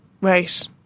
right